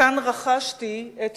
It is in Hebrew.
כאן רכשתי את